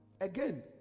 again